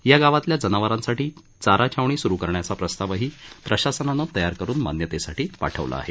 या गावातल्या जनावरांसाठी चारा छावणी सुरु करण्याचा प्रस्तावही प्रशासनानं तयार करुन मान्यतेसाठी पाठवला आहे